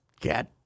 Cat